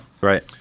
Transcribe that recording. right